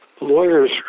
lawyers